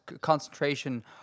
concentration